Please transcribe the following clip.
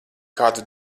kādu